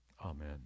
Amen